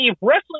wrestling